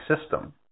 system